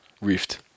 Rift